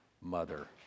mother